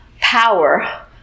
power